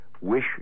wish